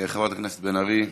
חברת הכנסת בן ארי,